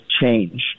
change